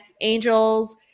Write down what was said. angels